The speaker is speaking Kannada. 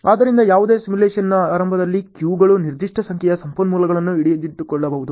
ಆದ್ದರಿಂದ ಯಾವುದೇ ಸಿಮ್ಯುಲೇಶನ್ನ ಆರಂಭದಲ್ಲಿ ಕ್ಯೂಗಳು ನಿರ್ದಿಷ್ಟ ಸಂಖ್ಯೆಯ ಸಂಪನ್ಮೂಲಗಳನ್ನು ಹಿಡಿದಿಟ್ಟುಕೊಳ್ಳಬಹುದು